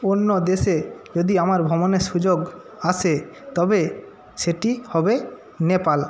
অন্য দেশে যদি আমার ভ্রমণের সুযোগ আসে তবে সেটি হবে নেপাল